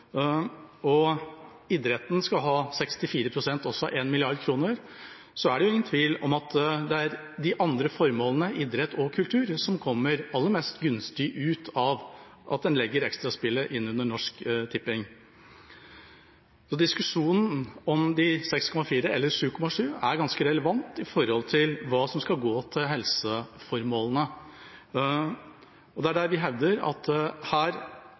og idretten skal ha 64 pst. av disse, er det ingen tvil om at det er de andre formålene – idrett og kultur – som kommer aller mest gunstig ut av at en legger Extra-spillet inn under Norsk Tipping. Diskusjonen om 6,4 eller 7,7 er ganske relevant når det gjelder hva som skal gå til helseformålene. Det er her vi hevder at